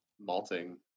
malting